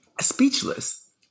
speechless